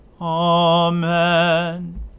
Amen